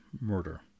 murder